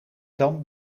dan